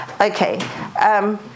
Okay